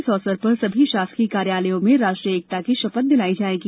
इस अवसर पर सभी शासकीय कार्यालयों में राष्ट्रीय एकता की शपथ दिलाई जायेगी